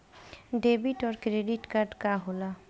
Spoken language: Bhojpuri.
डेबिट और क्रेडिट कार्ड का होला?